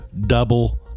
double